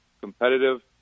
competitive